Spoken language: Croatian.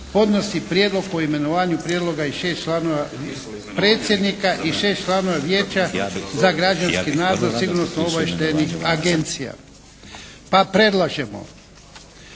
podnosi Prijedlog o imenovanju prijedloga i 6 članova, predsjednika i 6 članova Vijeća za građanski nadzor sigurnosno-obavještajnih agencija. Pa predlažemo